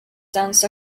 danced